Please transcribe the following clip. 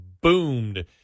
boomed